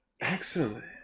excellent